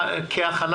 תעלה